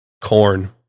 corn